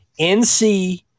NC